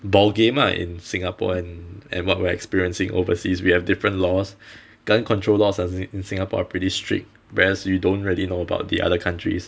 ball game ah in singapore and and what we're experiencing overseas we have different laws gun control laws are in singapore are pretty strict whereas you don't really know about the other countries